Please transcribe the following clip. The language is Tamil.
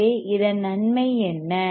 எனவே இதன் நன்மை என்ன